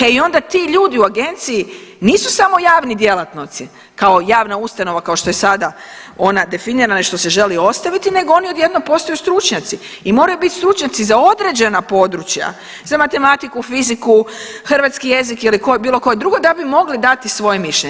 E onda ti ljudi u agenciji nisu samo javni djelatnici kao javna ustanova kao što je sada ona definirana i što se želi ostaviti nego oni odjednom postaju stručnjaci i moraju biti stručnjaci za određena područja za matematiku, fiziku, hrvatski jezik ili bilo koje drugo da bi mogli dati svoje mišljenje.